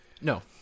No